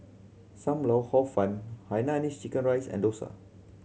Sam Lau Hor Fun Hainanese chicken rice and dosa